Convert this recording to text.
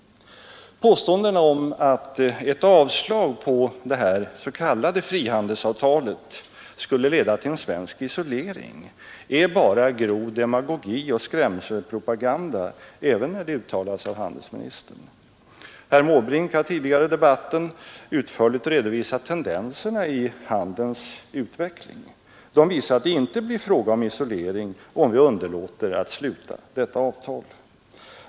Påståendena om att ett avslag på detta s.k. frihandelsavtal skulle leda till en svensk isolering är bara grov demagogi och skrämselpropaganda, även när de uttalas av handelsministern. Herr Måbrink har tidigare i Nr 138 debatten utförligt redogjort för tendenserna i handelsutvecklingen. De Tisdagen den visar att det inte blir fråga om isolering om vi underlåter att sluta detta 12 december 1972 avtal.